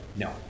No